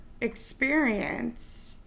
experience